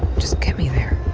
just get me there.